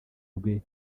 rwe